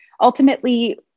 ultimately